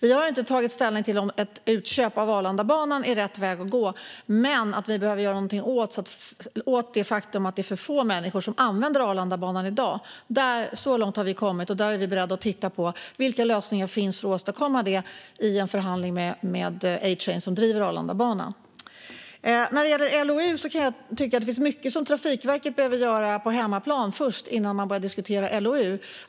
Vi har inte tagit ställning till om ett utköp av Arlandabanan är rätt väg att gå, men vi har kommit så långt att vi behöver göra någonting åt det faktum att det är för få människor som använder Arlandabanan i dag. Vi är därför beredda att i en förhandling med ATrain, som driver Arlandabanan, titta på vilka lösningar som finns för att åstadkomma detta. Jag kan tycka att det finns mycket som Trafikverket behöver göra på hemmaplan innan man börjar diskutera LOU.